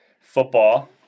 football